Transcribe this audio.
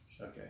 Okay